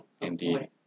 Indeed